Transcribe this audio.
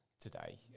today